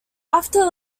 after